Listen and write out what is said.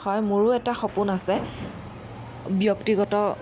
হয় মোৰো এটা সপোন আছে ব্যক্তিগত